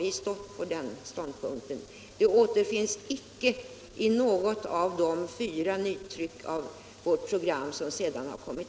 Det uttalande herr Romanus citerade återfinns icke i de fyra nytryck av vårt program som därefter utkommit.